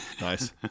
Nice